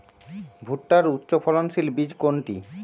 ভূট্টার উচ্চফলনশীল বীজ কোনটি?